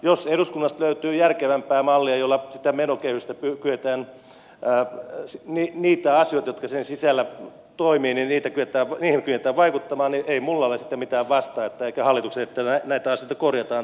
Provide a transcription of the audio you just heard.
jos eduskunnasta löytyy järkevämpää mallia jolla siihen menokehykseen niihin asioihin jotka sen sisällä toimivat kyetään vaikuttamaan niin ei minulla ole sitten mitään sitä vastaan eikä hallituksella että näitä asioita korjataan täällä